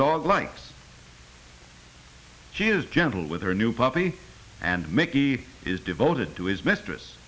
dog likes she is gentle with her new puppy and mickey is devoted to his mistress